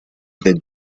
the